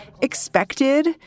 expected